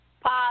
pop